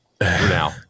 now